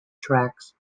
tracks